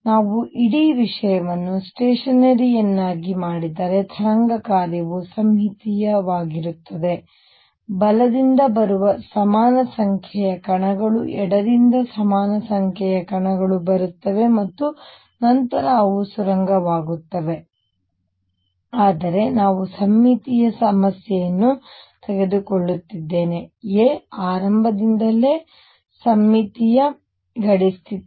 ನಾವು ಇಡೀ ವಿಷಯವನ್ನು ಸ್ಟೇಷನರಿಯನ್ನಾಗಿ ಮಾಡಿದರೆ ತರಂಗ ಕಾರ್ಯವು ಸಮ್ಮಿತೀಯವಾಗಿರುತ್ತದೆ ಬಲದಿಂದ ಬರುವ ಸಮಾನ ಸಂಖ್ಯೆಯ ಕಣಗಳು ಎಡದಿಂದ ಸಮಾನ ಸಂಖ್ಯೆಯ ಕಣಗಳು ಬರುತ್ತವೆ ಮತ್ತು ನಂತರ ಅವು ಸುರಂಗವಾಗುತ್ತವೆ ಆದರೆ ನಾವು ಸಮ್ಮಿತೀಯ ಸಮಸ್ಯೆಯನ್ನು ತೆಗೆದುಕೊಳ್ಳುತ್ತಿದ್ದೇವೆ a ಆರಂಭದಿಂದಲೇ ಸಮ್ಮಿತೀಯ ಗಡಿ ಸ್ಥಿತಿ